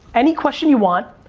any question you want,